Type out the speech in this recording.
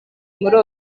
muri